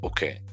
Okay